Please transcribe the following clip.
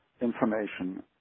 information